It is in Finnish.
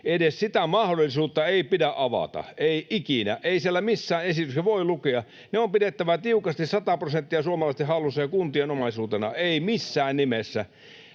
edes sitä mahdollisuutta ei pidä avata, ei ikinä. Ei siellä missään esityksessä voi lukea niin. Ne on pidettävä tiukasti, sata prosenttia, suomalaisten hallussa ja kuntien omaisuutena. Ei missään nimessä!